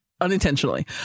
unintentionally